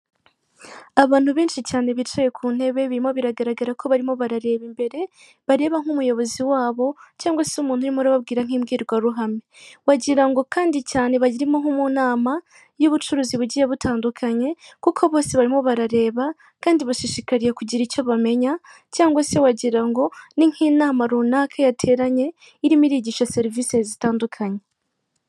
Abantu benshi cyane bicaye kuntebe birimo biragaragara ko barimo barareba imbere, bareba nk'umuyobozi wabo cyangwa se umuntu urimo urababwira nk'imbwirwa ruhame. Wagirango kandi cyane bayirimo nko munama y'ubucuruzi bugiye butandukanye kuko bose barimo barareba kandi bashishikariye kugira icyo bamenya cyangwa se wagirango ni nk'inama runaka yateranye irimo irigisha serivise zitandukanye.